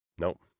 Nope